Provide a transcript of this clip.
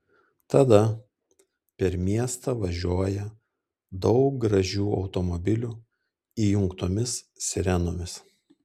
tada per miestą važiuoja daug gražių automobilių įjungtomis sirenomis